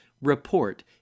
report